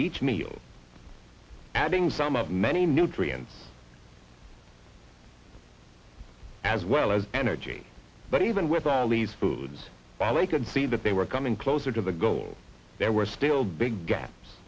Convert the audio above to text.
each meal adding some of many nutrients as well as energy but even with arlys foods ballet could see that they were coming closer to the goal there were still big gaps